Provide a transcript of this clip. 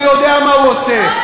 הוא יודע מה הוא עושה,